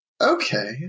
Okay